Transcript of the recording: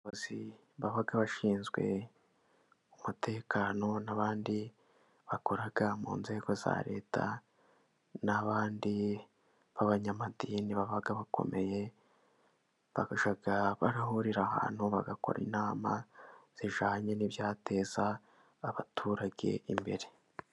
Abayobozi baba bashinzwe umutekano n'abandi bakora mu nzego za Leta, n'abandi babanyamadini baba bakomeye, bakajya barahurira ahantu bagakora inama, zijyananye n'ibyateza abaturage imbere.